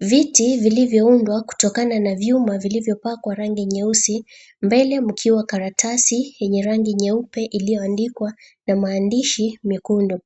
Viti vilivyoundwa kutokana na vyuma vilivyopakwa rangi nyeusi mbele mkiwa karatasi yenye rangi nyeupe iliyoandikwa na maandishi mekundu